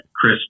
Chris